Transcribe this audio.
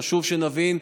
חשוב שנבין: